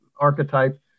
archetype